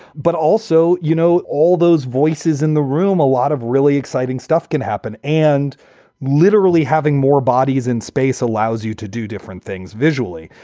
but also, you know, all those voices in the room, a lot of really exciting stuff can happen. and literally having more bodies in space allows you to do different things visually.